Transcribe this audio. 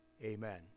Amen